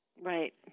right